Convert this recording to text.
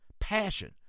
passion